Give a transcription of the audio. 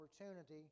opportunity